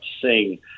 sing